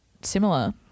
similar